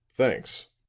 thanks.